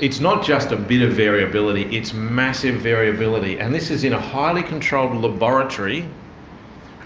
it's not just a bit of variability, it's massive variability. and this is in a highly controlled laboratory